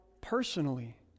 personally